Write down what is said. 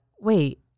Wait